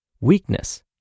weakness